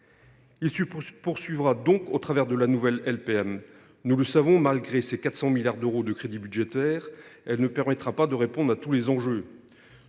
Il se poursuivra donc au travers de la nouvelle LPM. Nous le savons : malgré ses 400 milliards d’euros de crédits budgétaires, cette programmation ne permettra pas de répondre à tous les enjeux.